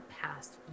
past